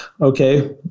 okay